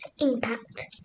Impact